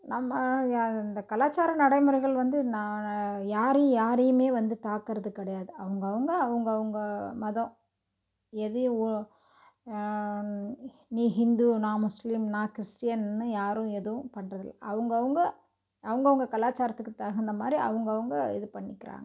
நம்ம ஏ இந்த கலாச்சார நடைமுறைகள் வந்து நா யாரையும் யாரையுமே வந்து தாக்குவது கிடையாது அவங்கவுங்க அவுங்கவுங்க மதம் எதுவோ நீ ஹிந்து நான் முஸ்லீம் நான் கிறிஸ்ட்டின்னு யாரும் எதுவும் பண்ணுறது இல்லை அவங்கவுங்க அவங்கவுங்க கலாச்சாரத்துக்கு தகுந்த மாதிரி அவங்கவுங்க இது பண்ணிக்கிறாங்க